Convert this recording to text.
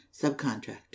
Subcontractor